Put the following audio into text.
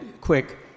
quick